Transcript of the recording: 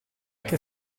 che